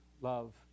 love